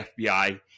FBI